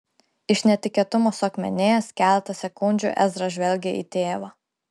iš netikėtumo suakmenėjęs keletą sekundžių ezra žvelgė į tėvą